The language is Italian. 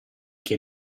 che